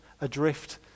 adrift